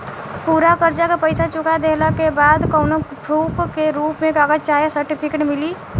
पूरा कर्जा के पईसा चुका देहला के बाद कौनो प्रूफ के रूप में कागज चाहे सर्टिफिकेट मिली?